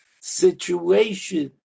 situation